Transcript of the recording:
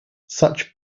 such